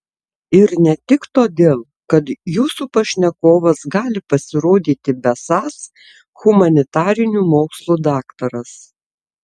ir ne tik todėl kad jūsų pašnekovas gali pasirodyti besąs humanitarinių mokslų daktaras